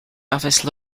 office